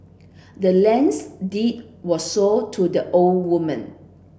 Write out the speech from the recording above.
the land's deed was sold to the old woman